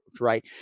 right